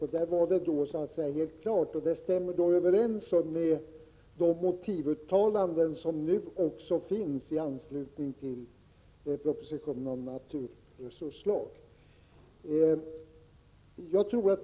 Det stämmer överens med de motivuttalanden som nu gjorts i anslutning till propositionen om naturresurslag.